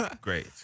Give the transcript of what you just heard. Great